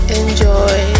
enjoy